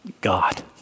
God